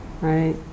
right